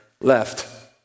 left